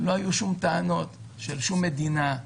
לא היו שום טענות משום מדינה,